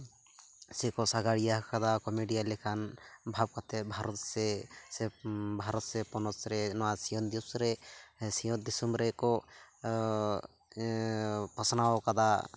ᱥᱮᱠᱚ ᱥᱟᱜᱟᱲᱤᱭᱟᱹ ᱟᱠᱟᱫᱟ ᱠᱚᱢᱮᱰᱤᱭᱟᱱ ᱞᱮᱠᱟᱱ ᱵᱷᱟᱵᱽ ᱠᱟᱛᱮᱫ ᱵᱷᱟᱨᱚᱛ ᱥᱮ ᱥᱮ ᱵᱷᱟᱨᱚᱛ ᱥᱮ ᱯᱚᱱᱚᱛ ᱨᱮ ᱱᱚᱣᱟ ᱥᱤᱧᱚᱛ ᱫᱤᱥᱚᱢ ᱨᱮ ᱥᱤᱧᱚᱛ ᱫᱤᱥᱚᱢ ᱨᱮ ᱠᱚ ᱯᱟᱥᱱᱟᱣ ᱠᱟᱫᱟ